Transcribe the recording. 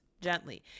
gently